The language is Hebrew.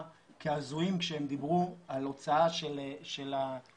כהזויים כשהם דיברו על הוצאה של המפעלים.